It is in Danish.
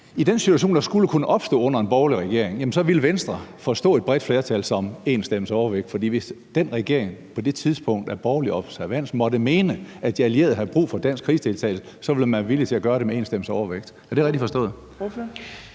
i den situation, der skulle kunne opstå under en borgerlig regering, vil Venstre forstå et bredt flertal, hvis det bare er med én stemmes overvægt. For hvis den regering af borgerlig observans på det tidspunkt måtte mene, at de allierede havde brug for dansk krigsdeltagelse, ville man være villig til at give den med én stemmes overvægt. Er det rigtigt forstået?